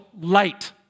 light